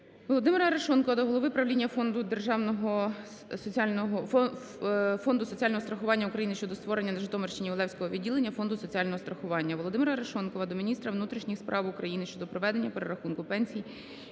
Володимира Арешонкова до голови правління Фонду соціального страхування України щодо створення на Житомирщині Олевського відділення Фонду соціального страхування. Володимира Арешонкова до міністра внутрішніх справ України щодо проведення перерахунку пенсій